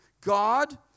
God